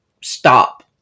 stop